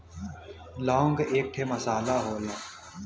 लौंग एक ठे मसाला होला